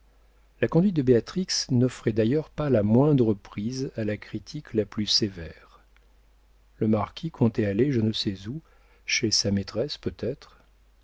la conduite de béatrix n'offrait d'ailleurs pas la moindre prise à la critique la plus sévère le marquis comptait aller je ne sais où chez sa maîtresse peut-être